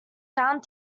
sound